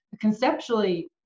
conceptually